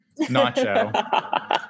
Nacho